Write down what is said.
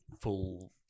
full